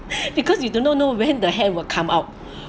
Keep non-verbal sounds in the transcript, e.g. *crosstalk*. *laughs* because you do not know when the hand will come out